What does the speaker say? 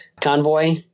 Convoy